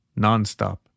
Nonstop